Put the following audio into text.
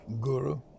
guru